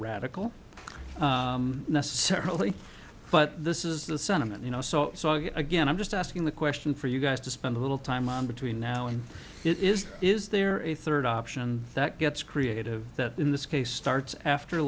radical necessarily but this is the sentiment you know so so again i'm just asking the question for you guys to spend a little time on between now and is is there a third option that gets created that in this case starts after